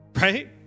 Right